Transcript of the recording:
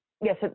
Yes